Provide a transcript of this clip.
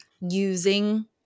using